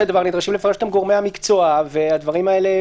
דבר גורמי המקצוע ויש על הדברים האלה